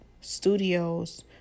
studios